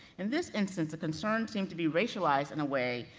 in this instance the concern seemed to be racialized in a way,